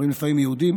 אומרים לפעמים יהודים,